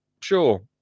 Sure